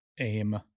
AIM